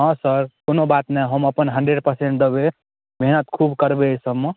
हँ सर कोनो बात नहि हम अपन हण्ड्रेड परसेन्ट देबै मेहनत खूब करबै अइसब मे